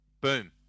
Boom